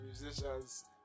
musicians